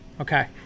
Okay